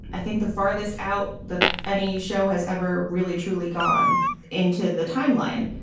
i think, the farthest out that any show has ever really, truly gone into the timeline.